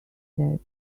said